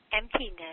Emptiness